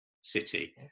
city